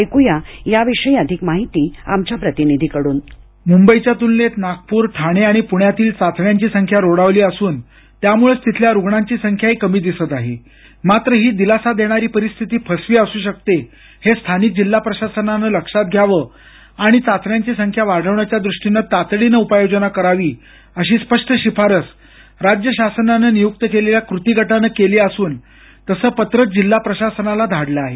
ऐक या याविषयी अधिक माहिती आमच्या प्रतिनिधीकडुन मुंबईच्या तुलनेत नागपूर ठाणे आणि पूण्यातील चाचण्यांची संख्या रोडावली असून त्यामुळंच तिथल्या रुग्णांची संख्याही कमी दिसत आहे मात्र ही दिलासा देणारी परिस्थिती फसवी असू शकते हे स्थानिक जिल्हा प्रशासनानं लक्षात घ्यावं आणि चाचण्यांची संख्या वाढवण्याच्या द्रष्टीनं तातडीनं उपाय योजना करावी अशी स्पष्ट शिफारस राज्य शासनानं नियूक्त केलेल्या कृती गटानं केली असून तसं पत्रच जिल्हा प्रशासनाला धाडलं आहे